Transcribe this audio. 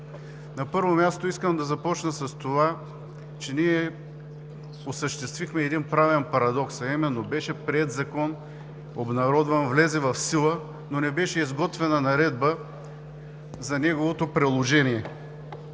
На първо място, искам да започна с това, че ние осъществихме един правен парадокс, а именно беше приет закон обнародван, влезе в сила, но не беше изготвена наредба за неговото приложение.